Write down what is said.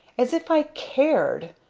as if i cared!